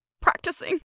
practicing